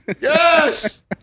Yes